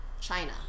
China